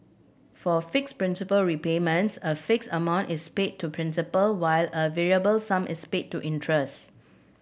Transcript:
for fixed principal repayments a fixed amount is paid to principal while a variable sum is paid to interest